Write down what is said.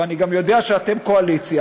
ואני גם יודע שאתם קואליציה,